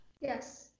Yes